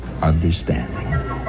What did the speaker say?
understanding